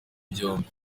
byombi